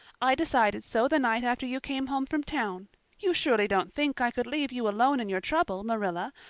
i decided so the night after you came home from town you surely don't think i could leave you alone in your trouble, marilla,